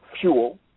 fuel